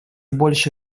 больше